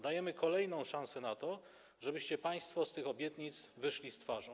Dajemy kolejną szansę na to, żebyście państwo z tych obietnic wyszli z twarzą.